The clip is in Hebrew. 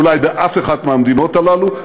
אולי באף אחת מהמדינות הללו,